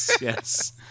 yes